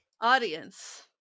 Audience